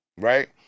Right